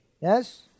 Yes